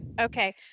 Okay